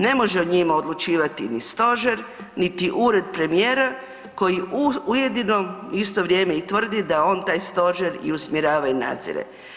Ne može o njima odlučivati ni stožer niti Ured premijera koji ujedno u isto vrijeme tvrdi da on taj stožer i usmjerava i nadzire.